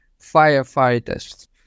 firefighters